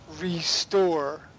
restore